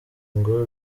ngo